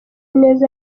neza